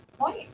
point